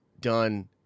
done